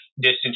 distance